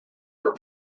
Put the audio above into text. were